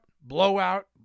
blowout